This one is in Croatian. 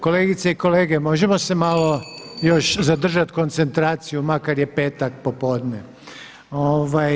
Kolegice i kolege, možemo se još malo zadržati koncentraciju makar je petak popodne.